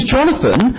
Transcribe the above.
Jonathan